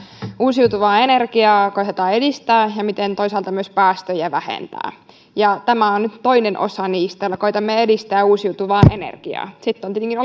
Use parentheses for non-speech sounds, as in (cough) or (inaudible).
uusiutuvaa energiaa koetetaan edistää ja se miten toisaalta koetetaan myös päästöjä vähentää ja tämä on nyt toinen osa niistä me koetamme edistää uusiutuvaa energiaa sitten on tietenkin (unintelligible)